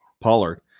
Pollard